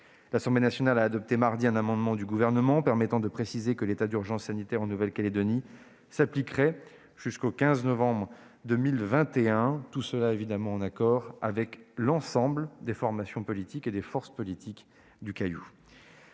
L'Assemblée nationale a adopté mardi un amendement du Gouvernement tendant à préciser que l'état d'urgence sanitaire en Nouvelle-Calédonie s'appliquerait jusqu'au 15 novembre 2021, et ce avec l'accord de l'ensemble des formations et des forces politiques du Caillou,